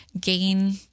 gain